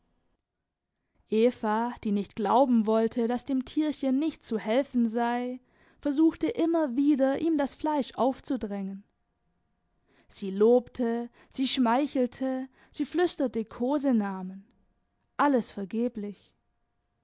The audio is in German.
eva die nicht glauben wollte daß dem tierchen nicht zu helfen sei versuchte immer wieder ihm das fleisch aufzudrängen sie lobte sie schmeichelte sie flüsterte kosenamen alles vergeblich